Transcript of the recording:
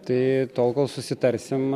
tai tol kol susitarsim